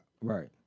Right